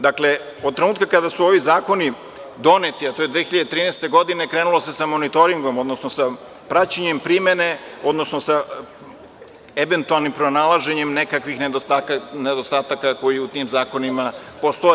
Dakle, od trenutka kada su ovi zakoni doneti, a to je 2013. godine, krenulo se sa monitoringom, odnosno sa praćenjem primene, odnosno sa eventualnim pronalaženjem nekakvih nedostataka koji u tim zakonima postoje.